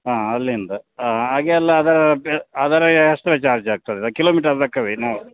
ಹಾಂ ಅಲ್ಲಿಂದ ಹಾಗೆ ಎಲ್ಲ ಆದರೆ ಬೆ ಆದರೆ ಎಕ್ಸ್ಟ್ರಾ ಚಾರ್ಜ್ ಆಗ್ತದೆ ಕಿಲೋಮೀಟರ್ ಲೆಕ್ಕವೆ ನಾವು